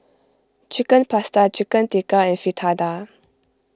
Chicken Pasta Chicken Tikka and Fritada